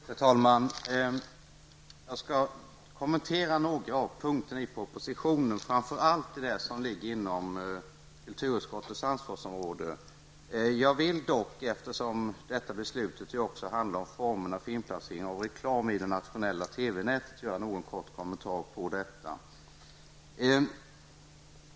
Fru talman! Jag vill kommentera några av punkterna i propositionen, framför allt de som ligger inom kulturutskottets ansvarsområde. Jag vill dock, eftersom detta beslut också handlar om formerna för inplacering av reklam i det nationella TV-nätet, göra en kort kommentar även om detta.